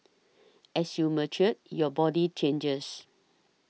as you mature your body changes